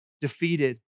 defeated